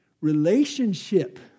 Relationship